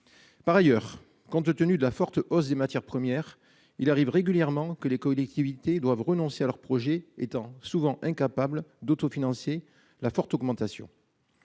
Par ailleurs, compte tenu de la forte hausse des matières premières. Il arrive régulièrement que les collectivités doivent renoncer à leur projet étant souvent incapables d'auto-financiers, la forte augmentation.